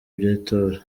by’itora